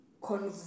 convert